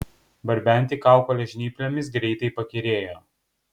barbenti kaukolę žnyplėmis greitai pakyrėjo